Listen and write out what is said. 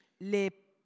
Les